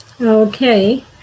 okay